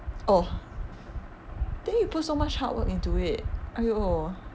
oh then you put so much hard work into it !aiyo!